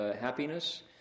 happiness